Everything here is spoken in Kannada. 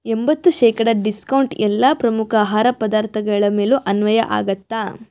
ಎಂಬತ್ತು ಶೇಕಡ ಡಿಸ್ಕೌಂಟ್ ಎಲ್ಲ ಪ್ರಮುಖ ಆಹಾರ ಪದಾರ್ಥಗಳ ಮೇಲೂ ಅನ್ವಯ ಆಗುತ್ತಾ